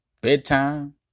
bedtime